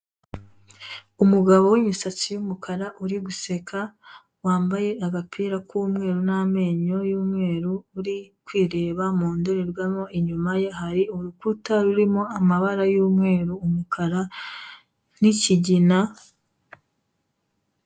Umugabo w'imisatsi y'umukara uri guseka, wambaye agapira k'umweru n'amenyo y'umweru uri kwireba mu ndorerwamo, inyuma ye hari urukuta rurimo amabara y'umweru, umukara n'ikigina,...